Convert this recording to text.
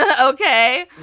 Okay